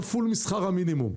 כפול משכר המינימום.